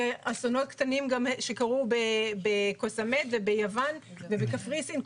אסונות קטנים שקרו בקו-סאמט וביוון ובקפריסין.